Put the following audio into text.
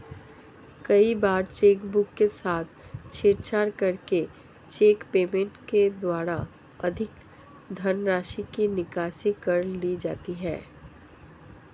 कई बार चेकबुक के साथ छेड़छाड़ करके चेक पेमेंट के द्वारा अधिक धनराशि की निकासी कर ली जाती है